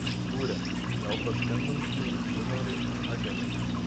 tūre gal paskambintumei gunarui hagenui